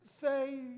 say